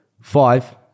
Five